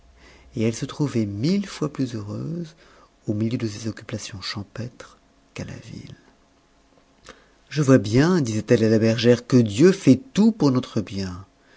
et elle se trouvait mille fois plus heureuse au milieu de ses occupations champêtres qu'à la ville je vois bien disait-elle à la bergère que dieu fait tout pour notre bien